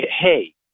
hey